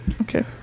okay